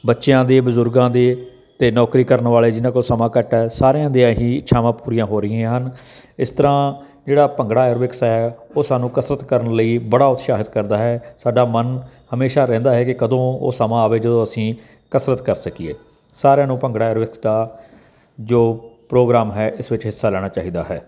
ਬੱਚਿਆਂ ਦੇ ਬਜ਼ੁਰਗਾਂ ਦੇ ਅਤੇ ਨੌਕਰੀ ਕਰਨ ਵਾਲੇ ਜਿਹਨਾਂ ਕੋਲ ਸਮਾਂ ਘੱਟ ਹੈ ਸਾਰਿਆਂ ਦੀਆਂ ਹੀ ਇੱਛਾਵਾਂ ਪੂਰੀਆਂ ਹੋ ਰਹੀਆਂ ਹਨ ਇਸ ਤਰ੍ਹਾਂ ਜਿਹੜਾ ਭੰਗੜਾ ਐਰੋਬਿਕਸ ਹੈ ਉਹ ਸਾਨੂੰ ਕਸਰਤ ਕਰਨ ਲਈ ਬੜਾ ਉਤਸ਼ਾਹਿਤ ਕਰਦਾ ਹੈ ਸਾਡਾ ਮਨ ਹਮੇਸ਼ਾ ਰਹਿੰਦਾ ਹੈ ਕਿ ਕਦੋਂ ਉਹ ਸਮਾਂ ਆਵੇ ਜਦੋਂ ਅਸੀਂ ਕਸਰਤ ਕਰ ਸਕੀਏ ਸਾਰਿਆਂ ਨੂੰ ਭੰਗੜਾ ਐਰੋਬਿਕਸ ਦਾ ਜੋ ਪ੍ਰੋਗਰਾਮ ਹੈ ਇਸ ਵਿੱਚ ਹਿੱਸਾ ਲੈਣਾ ਚਾਹੀਦਾ ਹੈ